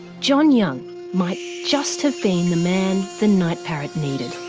john young might just have been the man the night parrot needed.